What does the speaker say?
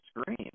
scream